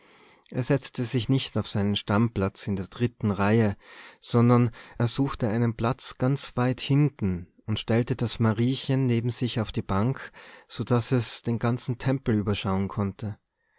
er setzte sich nicht auf seinen stammplatz in der dritten reihe sondern er suchte einen platz ganz weit hinten und stellte das mariechen neben sich auf die bank so daß es den ganzen tempel überschauen konnte